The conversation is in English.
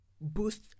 boost